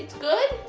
good.